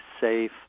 safe